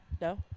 No